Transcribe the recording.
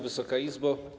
Wysoka Izbo!